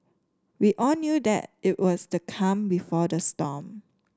we all knew that it was the calm before the storm